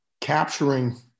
capturing